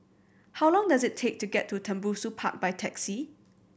how long does it take to get to Tembusu Park by taxi